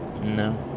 No